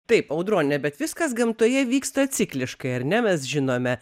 taip audrone bet viskas gamtoje vyksta cikliškai ar ne mes žinome